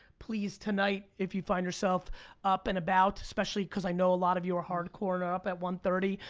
please tonight if you find yourself up and about, especially cause i know a lot of you are hard core up at one thirty,